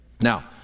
Now